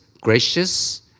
gracious